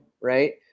right